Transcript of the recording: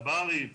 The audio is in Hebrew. תב"רים,